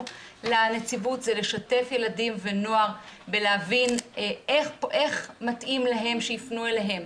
לנציבות זה לשתף ילדים ונוער בלהבין איך מתאים להם שיפנו אליהם,